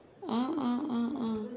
ah ah ah ah